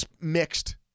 Mixed